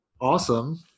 awesome